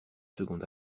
seconde